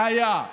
הכי חברתי שהיה.